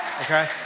okay